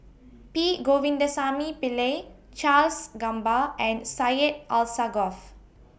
P Govindasamy Pillai Charles Gamba and Syed Alsagoff